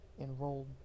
enrolled